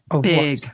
Big